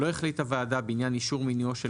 לא החליטה הוועדה בעניין אישור מינויו של